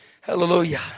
Hallelujah